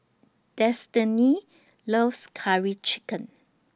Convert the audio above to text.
Destinee loves Curry Chicken